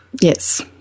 Yes